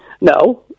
No